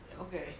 Okay